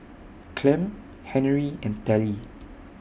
Clem Henery and Tallie